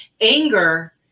Anger